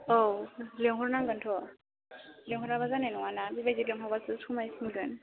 औ लेंहरनांगोनथ' लेंहराबा जानाय नङा ना बेबायदि लेंहरबासो समायथारगोन